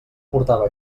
portava